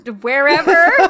wherever